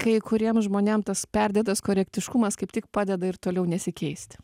kai kuriem žmonėm tas perdėtas korektiškumas kaip tik padeda ir toliau nesikeisti